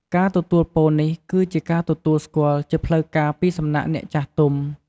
ការទទួលពរនេះគឺជាការទទួលស្គាល់ជាផ្លូវការពីសំណាក់អ្នកចាស់ទុំ។